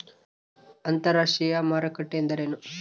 ಅಂತರಾಷ್ಟ್ರೇಯ ಮಾರುಕಟ್ಟೆ ಎಂದರೇನು?